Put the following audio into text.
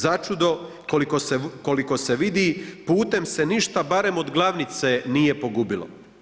Začudo, koliko se vidi putem se ništa barem od glavnice nije pogubilo.